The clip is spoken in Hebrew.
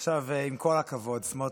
עכשיו, עם כל הכבוד, סמוטריץ',